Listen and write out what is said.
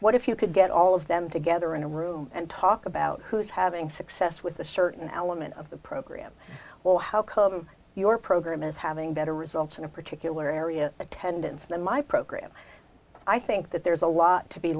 what if you could get all of them together in a room and talk about who's having success with a certain element of the program well how come your program is having better results in a particular area attendance than my program i think that there's a lot to be